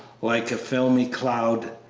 like a filmy cloud,